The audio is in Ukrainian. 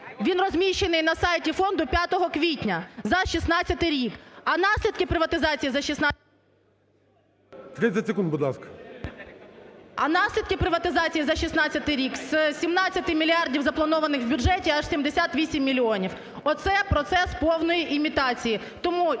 він розміщений на сайті фонду 5 квітня. За 2016 рік. А наслідки приватизації за 2016… ГОЛОВУЮЧИЙ. 30 секунд, будь ласка. ОСТРІКОВА Т.Г. А наслідки приватизації за 2016 рік: з 17 мільярдів, запланованих в бюджеті, аж 78 мільйонів! Оце процес повної імітації. Тому